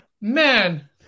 man